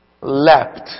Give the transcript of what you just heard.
leapt